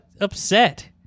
upset